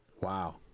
Wow